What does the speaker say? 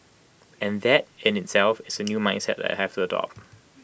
and that in itself is A new mindset that I have to adopt